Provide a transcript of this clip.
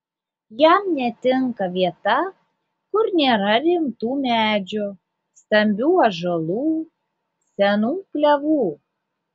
jam netinka vieta kur nėra rimtų medžių stambių ąžuolų senų klevų